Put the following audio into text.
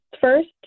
first